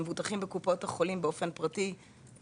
שמבוטחים בקופות החולים באופן פרטי,